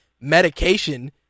medication